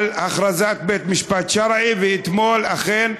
הכרזת בית-משפט שרעי, ואתמול, אכן,